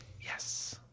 Yes